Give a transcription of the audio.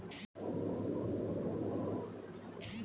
शकरकंद जमीन के अंदर बैठने वाला फल होता है